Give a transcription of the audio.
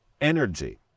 energy